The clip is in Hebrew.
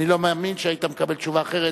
אני לא מאמין שהיית מקבל תשובה אחרת